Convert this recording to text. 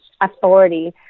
authority